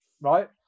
right